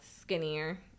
skinnier